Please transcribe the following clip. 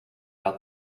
out